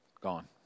Gone